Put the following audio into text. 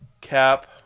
Cap